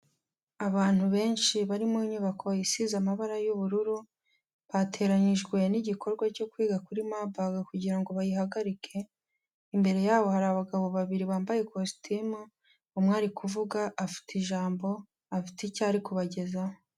Abantu benshi bari mu nyubako isize amabara y'ubururu, bateranranijwe n'igikorwa cyo kwiga kuri Marburg kugira ngo bayihagarike, imbere yabo hari abagabo babiri bambaye kositimu, umwe ari kuvuga afite ijambo, afite icyo ari kubagezaho.